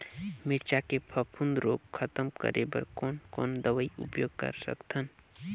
मिरचा के फफूंद रोग खतम करे बर कौन कौन दवई उपयोग कर सकत हन?